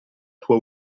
tua